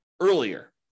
earlier